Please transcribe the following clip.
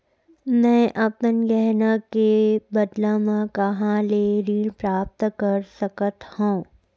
मै अपन गहना के बदला मा कहाँ ले ऋण प्राप्त कर सकत हव?